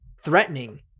threatening